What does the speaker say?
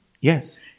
Yes